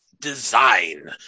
design